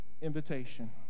invitation